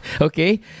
okay